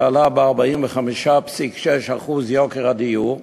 זה עלה ב-45.6%, יוקר הדיור.